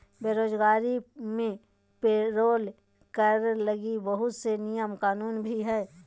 बेरोजगारी मे पेरोल कर लगी बहुत से नियम कानून भी हय